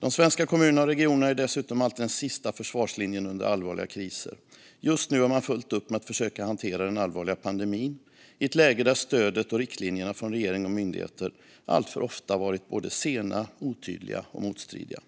De svenska kommunerna och regionerna är dessutom alltid den sista försvarslinjen under allvarliga kriser. Just nu har man fullt upp med att försöka hantera den allvarliga pandemin i ett läge där stödet och riktlinjerna från regering och myndigheter alltför ofta varit både sena, otydliga och motstridiga.